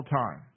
time